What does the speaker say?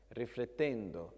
riflettendo